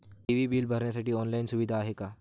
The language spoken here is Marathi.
टी.वी बिल भरण्यासाठी ऑनलाईन सुविधा आहे का?